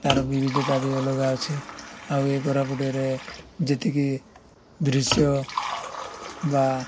ତାର ବିବିଧତା ବି ଅଲଗା ଅଛି ଆଉ ଏ କୋରାପୁଟରେ ଯେତିକି ଦୃଶ୍ୟ ବା